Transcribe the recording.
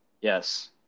Yes